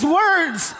words